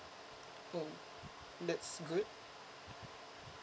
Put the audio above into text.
mm that's good